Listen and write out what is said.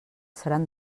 seran